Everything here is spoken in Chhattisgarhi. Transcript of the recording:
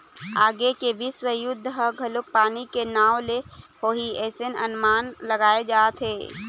आगे के बिस्व युद्ध ह घलोक पानी के नांव ले होही अइसने अनमान लगाय जाथे